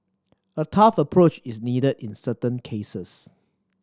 a tough approach is needed in certain cases